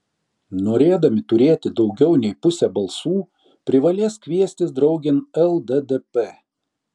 norėdami turėti daugiau nei pusę balsų privalės kviestis draugėn lddp